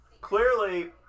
Clearly